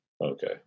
Okay